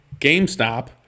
GameStop